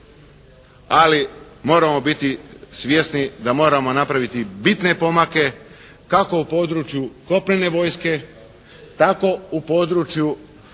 ali moramo biti svjesni da moramo napraviti bitne pomake kako u području kopnene vojske tako u području